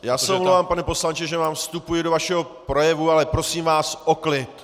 Já se omlouvám, pane poslanče, že vám vstupuji do vašeho projevu, ale prosím vás o klid.